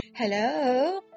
Hello